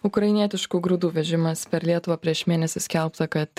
ukrainietiškų grūdų vežimas per lietuvą prieš mėnesį skelbta kad